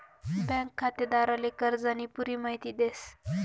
bank खातेदारले कर्जानी पुरी माहिती देस